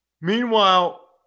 Meanwhile